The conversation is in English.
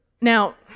Now